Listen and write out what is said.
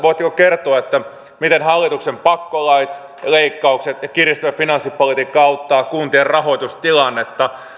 voitteko kertoa miten hallituksen pakkolait leikkaukset ja kiristävä finanssipolitiikka auttavat kuntien rahoitustilannetta